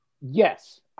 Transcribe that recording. Yes